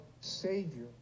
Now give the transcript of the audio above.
Savior